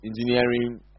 Engineering